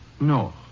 No